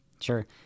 sure